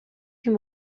ким